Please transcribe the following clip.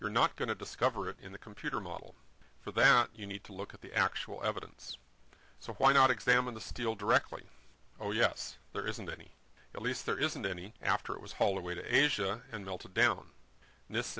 you're not going to discover it in the computer model for that you need to look at the actual evidence so why not examine the steel directly oh yes there isn't any at least there isn't any after it was hauled away to asia and melted down and this